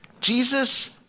Jesus